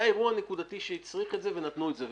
היה אירוע נקודתי שהצריך את זה ונתנו את זה.